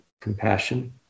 compassion